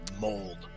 mold